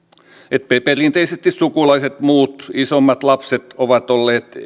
perinteisesti sukulaiset muut isommat lapset ovat olleet